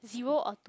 zero or two